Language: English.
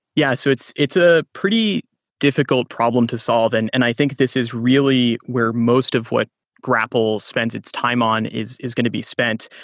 yeah. so it's a pretty difficult problem to solve, and and i think this is really where most of what grapl spends its time on is is going to be spent.